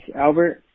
Albert